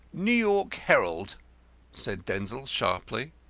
new york herald said denzil, sharply.